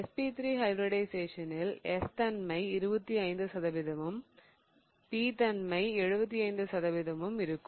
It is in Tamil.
sp3 ஹைபிரிடிஷயேசனில் s தன்மை 25 சதவிகிதமும் p தன்மை 75 சதவிகிதமும் இருக்கும்